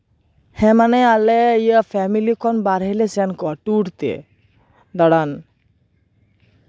ᱦᱮᱸ ᱢᱟᱱᱮ ᱤᱭᱟᱹ ᱟᱞᱮ ᱯᱷᱮᱢᱮᱞᱤ ᱠᱷᱚᱱ ᱵᱟᱨᱦᱮ ᱞᱮ ᱥᱮᱱ ᱠᱚᱜᱼᱟ ᱴᱩᱨ ᱛᱮ ᱫᱟᱬᱟᱱ